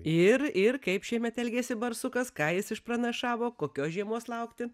ir ir kaip šiemet elgėsi barsukas ką jis išpranašavo kokios žiemos laukti